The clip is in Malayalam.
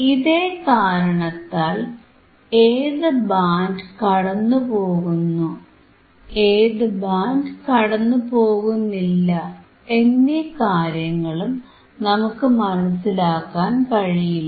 ഇതേ കാരണത്താൽ ഏതു ബാൻഡ് കടന്നുപോകുന്നു ഏതു ബാൻഡ് കടന്നുപോകുന്നില്ല എന്നീ കാര്യങ്ങളും നമുക്ക് മനസിലാക്കാൻ കഴിയില്ല